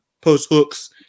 post-hooks